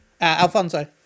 Alfonso